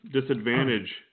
disadvantage